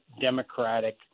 democratic